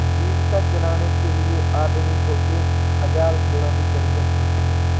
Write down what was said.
जीविका चलाने के लिए आदमी को एक हज़ार भेड़ों की जरूरत होती है